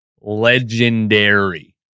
legendary